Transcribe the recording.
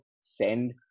send